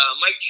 Mike